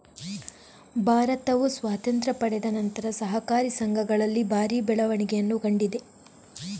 ಭಾರತವು ಸ್ವಾತಂತ್ರ್ಯ ಪಡೆದ ನಂತರ ಸಹಕಾರಿ ಸಂಘಗಳಲ್ಲಿ ಭಾರಿ ಬೆಳವಣಿಗೆಯನ್ನ ಕಂಡಿದೆ